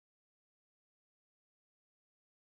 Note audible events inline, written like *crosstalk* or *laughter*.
*unintelligible*